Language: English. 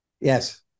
Yes